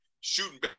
shooting